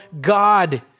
God